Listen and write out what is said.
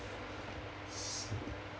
so